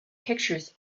pictures